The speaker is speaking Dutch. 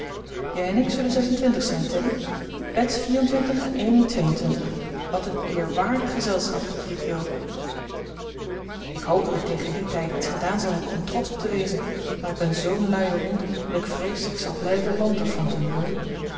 jij en ik zullen zes-en-twintig zijn teddy bets vier-en-twintig en amy twee-en-twintig wat een eerwaardig gezelschap riep jo ik hoop dat ik tegen dien tijd iets gedaan zal hebben om trotsch op te wezen maar ik ben zoo'n luie hond dat ik vrees ik zal blijven lanterfanten jo